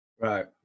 Right